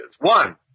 One